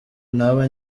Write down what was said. naba